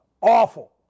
Awful